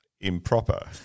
improper